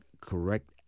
correct